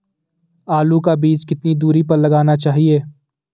आलू का बीज कितनी दूरी पर लगाना चाहिए?